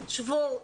שבו,